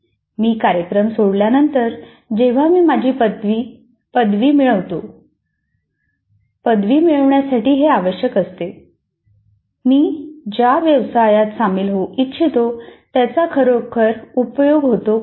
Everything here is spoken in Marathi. मी कार्यक्रम सोडल्यानंतर जेव्हा मी माझी पदवी मिळवतो मी ज्या व्यवसायात सामील होऊ इच्छितो त्याचा खरोखर उपयोग होतो काय